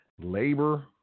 labor